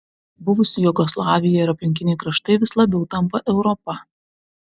buvusi jugoslavija ir aplinkiniai kraštai vis labiau tampa europa